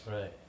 Right